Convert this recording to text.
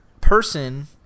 person